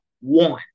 one